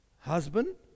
husband